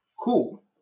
Cool